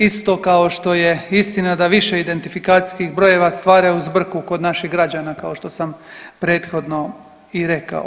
Isto kao što je istina da više identifikacijskih brojeva stvaraju zbrku kod naših građana kao što sam prethodno i rekao.